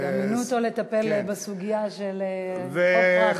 גם מינו אותו לטפל בסוגיה של חוק פראוור.